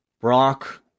Brock